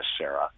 Sarah